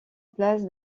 place